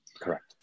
Correct